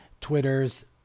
Twitter's